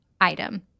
item